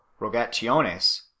Rogationes